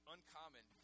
Uncommon